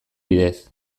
bidez